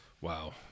Wow